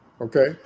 okay